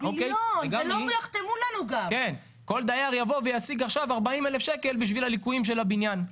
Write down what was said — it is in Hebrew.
כל דייר יבוא וישיג עכשיו ארבעים אלף שקל בשביל הליקויים של הבניין.